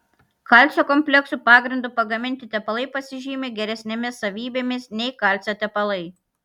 kalcio kompleksų pagrindu pagaminti tepalai pasižymi geresnėmis savybėmis nei kalcio tepalai